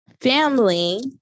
Family